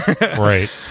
right